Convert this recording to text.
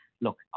look